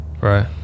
right